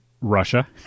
Russia